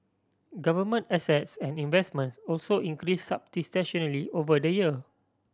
government assets and investments also increase substantially over the year